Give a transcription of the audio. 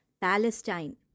Palestine